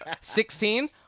Sixteen